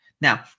Now